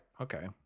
Okay